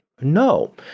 No